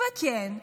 וכן,